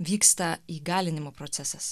vyksta įgalinimo procesas